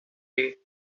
day